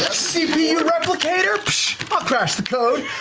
cpu replicator? psh, i'll crash the code.